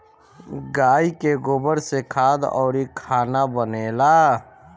गाइ के गोबर से खाद अउरी खाना बनेला